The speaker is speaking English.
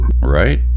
right